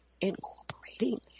incorporating